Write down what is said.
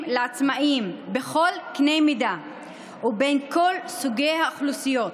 לעצמאים בכל קנה מידה ובין כל סוגי האוכלוסיות.